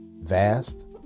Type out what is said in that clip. vast